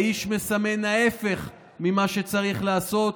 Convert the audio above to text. האיש מסמן ההפך ממה שצריך לעשות,